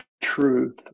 truth